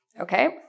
Okay